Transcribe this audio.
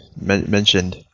mentioned